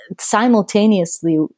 simultaneously